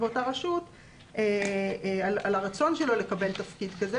באותה רשות על הרצון שלו לקבל תפקיד כזה,